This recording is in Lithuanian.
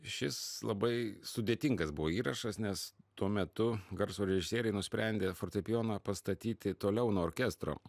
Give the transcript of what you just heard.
šis labai sudėtingas buvo įrašas nes tuo metu garso režisieriai nusprendė fortepijoną pastatyti toliau nuo orkestro